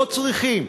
לא צריכים,